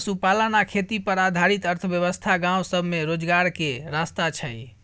पशुपालन आ खेती पर आधारित अर्थव्यवस्था गाँव सब में रोजगार के रास्ता छइ